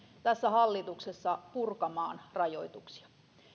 tässä hallituksessa purkamaan rajoituksia